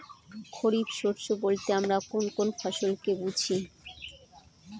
খরিফ শস্য বলতে আমরা কোন কোন ফসল কে বুঝি?